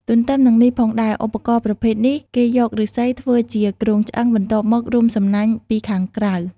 ទន្ទឹមនឹងនេះផងដែរ ឧបករណ៍ប្រភេទនេះ គេយកឫស្សីធ្វើជាគ្រោងឆ្អឹង បន្ទាប់មករុំសំណាញ់ពីខាងក្រៅ។